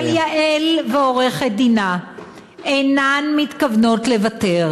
אבל יעל ועורכת-דינה אינן מתכוונות לוותר.